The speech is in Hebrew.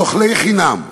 של אוכלי חינם.